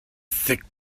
thick